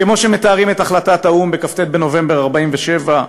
כמו שמתארים את החלטת האו"ם בכ"ט בנובמבר 1947,